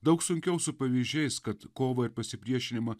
daug sunkiau su pavyzdžiais kad kovą ir pasipriešinimą